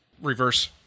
reverse